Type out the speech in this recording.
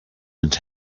and